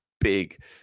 Big